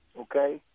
okay